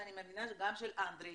ואני מאמינה שגם של אנדרי,